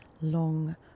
long